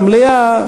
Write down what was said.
במליאה,